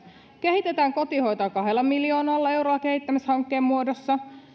kehitetään kotihoitoa kahdella miljoonalla eurolla kehittämishankkeen muodossa ja